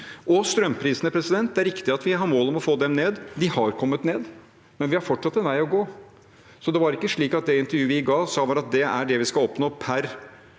strømprisene, er det riktig at vi har mål om å få dem ned, og de har kommet ned, men vi har fortsatt en vei å gå. Det var ikke slik at vi i det intervjuet vi ga, sa at dette er det vi skal oppnå per